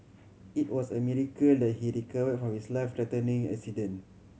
it was a miracle that he recover from his life threatening accident